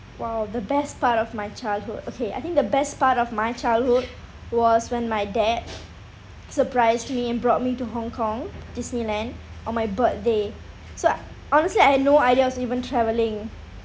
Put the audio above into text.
!wow! the best part of my childhood okay I think the best part of my childhood was when my dad surprised me and brought me to hong kong Disneyland on my birthday so honestly I had no idea I was even traveling